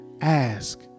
ask